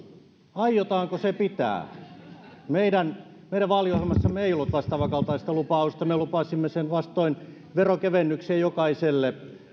aiotaanko se pitää meidän meidän vaaliohjelmassamme ei ollut vastaavan kaltaista lupausta me lupasimme sen vastoin veronkevennyksiä jokaiselle